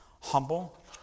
humble